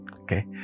Okay